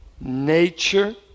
nature